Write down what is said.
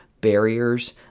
barriers